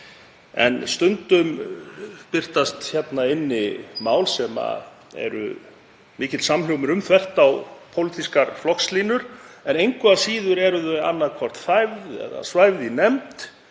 En stundum birtast hér mál sem mikill samhljómur er um þvert á pólitískar flokkslínur en engu að síður eru þau annaðhvort þæfð eða svæfð í nefnd